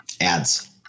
Ads